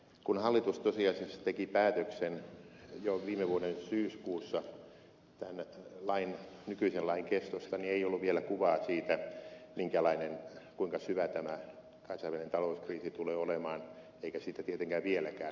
kun hallitus tosiasiassa teki päätöksen jo viime vuoden syyskuussa tämän nykyisen lain kestosta niin ei ollut vielä kuvaa siitä minkälainen ja kuinka syvä tämä kansainvälinen talouskriisi tulee olemaan eikä siitä tietenkään vieläkään ole kuvaa